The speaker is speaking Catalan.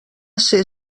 ser